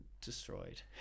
destroyed